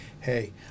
hey